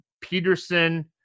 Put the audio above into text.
Peterson